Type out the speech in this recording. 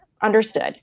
understood